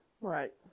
right